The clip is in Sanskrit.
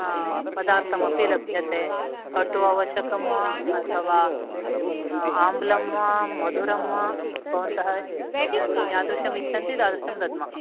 पदार्थमपि लभ्यते कटुः आवश्यकं वा अथवा आम्लं वा मधुरं वा भवन्तः य यादृशम् इच्छन्ति तादृशं दद्मः